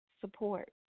support